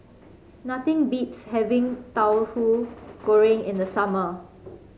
nothing beats having Tahu Goreng in the summer